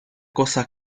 cosa